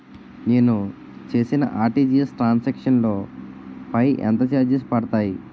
నేను చేసిన RTGS transaction లో పై ఎంత చార్జెస్ పడతాయి?